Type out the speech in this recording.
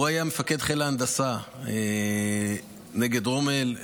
הוא היה מפקד חיל ההנדסה נגד רומל,